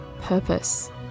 purpose